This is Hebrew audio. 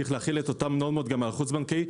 צריך להחיל את אותן נורמות גם על החוץ-בנקאי.